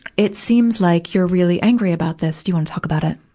it seems like you're really angry about this. do you wanna talk about it?